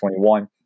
2021